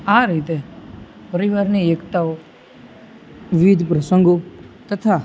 આ રીતે પરિવારની એકતાઓ વિવિધ પ્રસંગો તથા